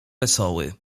wesoły